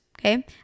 Okay